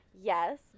Yes